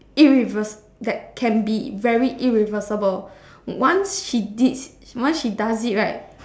irrevers~ that can be very irreversible once she did once she does it right